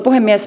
puhemies